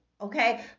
okay